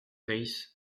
reiss